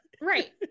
Right